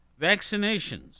Vaccinations